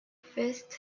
fist